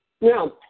Now